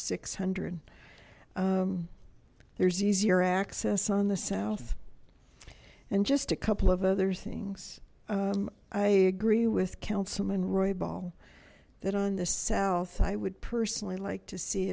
six hundred there's easier access on the south and just a couple of other things i agree with councilman roybal that on the south i would personally like to see